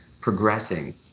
progressing